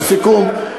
לסיכום,